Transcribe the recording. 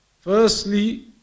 firstly